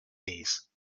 these